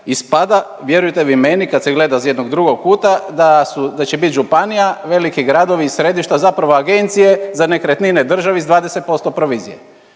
Ispada, vjerujte vi meni kad se gleda s jednog drugog kuta, da su, da će bit županija, veliki gradovi i središta zapravo agencije za nekretnine državi s 20% provizije.